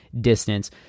distance